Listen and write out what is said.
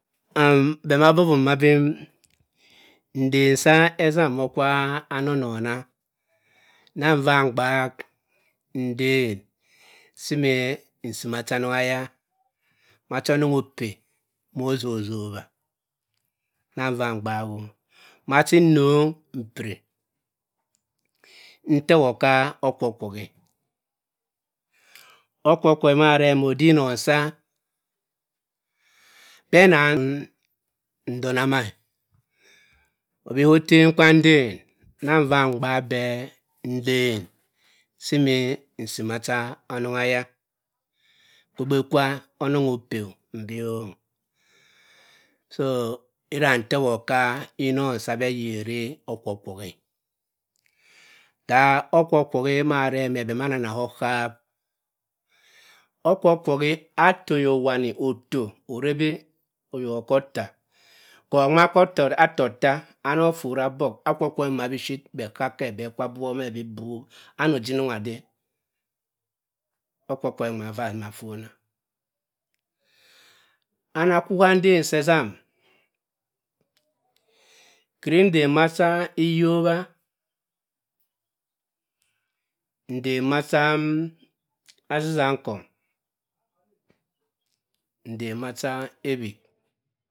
Am- bhe ma abobm ma bi nden sa ezam mo okwowa ka amonorna na nva mgbaak ndem si imi si macha anong eya, macha onong ope mo zo zowa na nva mgbaak-o macha nnong mpiri, nto ewott ka okwokwohi e okwokwohi ma arr'e me odo enom sa bhe aman ndona ma obi haa otem kwa nden nna nva gbaak bhe nden si mi macha onong eya idia onong ope mbi oo-- ira nto ewott ka inon sa abhe ayeri okwokwohi da okwokwohi ma arr'e me bhe ama amana ka okhap okwokwohi atta ayok wani ottoh orebi oyok okor otta kor nwuma kwa ato-atta-otta ano phott abohk akwokwohi mbuma biphir bhe kakk'-e bhe akwa abuwome bi bob ami ojinong ade okwokwohi nwuma m-e ka ava asima aphonaa'. ama akwu ka nden sa ezam keri nden macha iyobba, nden machaa' azizankong nden macha ewig.